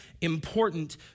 important